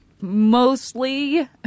mostly